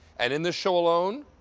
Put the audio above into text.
andin this show alone,